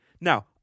Now